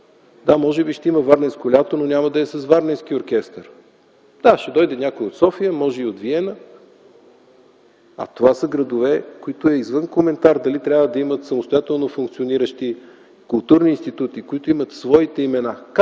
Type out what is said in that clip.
Да, може би ще има „Варненско лято”, но няма да е с варненски оркестър. Да, ще дойде някой от София, може и от Виена, а това са градове, което е извън коментара дали трябва да имат самостоятелно функциониращи културни институти, които имат своите имена.